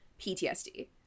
PTSD